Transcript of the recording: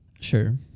Sure